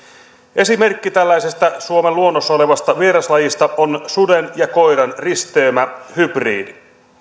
esimerkki tällaisesta suomen luonnossa olevasta vieraslajista on suden ja koiran risteymä hybridi